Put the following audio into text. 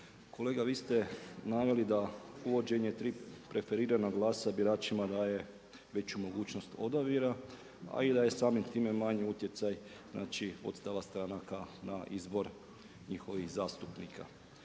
Kolega vi ste naveli da uvođenje tri preferirana glasa biračima daje veću mogućnost odabira a i da je samim time manji utjecaj znači …/Govornik se ne razumije./… stranaka na izbor njihovih zastupnika.